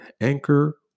Anchor